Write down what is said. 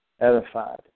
edified